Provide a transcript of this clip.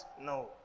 No